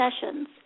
sessions